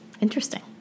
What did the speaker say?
Interesting